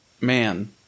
man